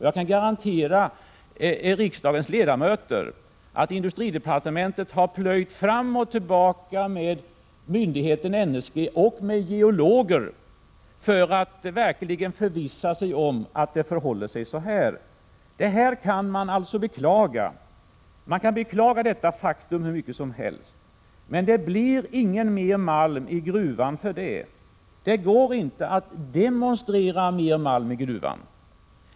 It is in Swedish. Jag kan garantera riksdagens ledamöter att industridepartementet har plöjt fram och tillbaka med myndigheten NSG och med geologer för att verkligen förvissa sig om att det förhåller sig på detta sätt. Man kan alltså beklaga detta faktum hur mycket som helst, men det blir ändå inte mer malm i gruvan. Det går inte att demonstrera mer malm i gruvan.